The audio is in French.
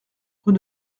rue